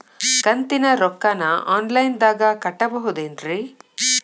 ಕಂತಿನ ರೊಕ್ಕನ ಆನ್ಲೈನ್ ದಾಗ ಕಟ್ಟಬಹುದೇನ್ರಿ?